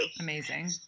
Amazing